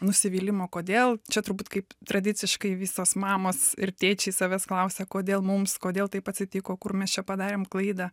nusivylimo kodėl čia turbūt kaip tradiciškai visos mamos ir tėčiai savęs klausia kodėl mums kodėl taip atsitiko kur mes čia padarėm klaidą